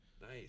Nice